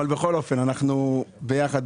בכל אופן אנחנו ביחד,